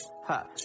Ha